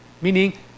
meaning